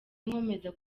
nkomeza